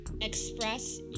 express